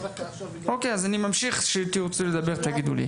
אוקיי אז אני ממשיך וכשתרצו לדבר תגידו לי.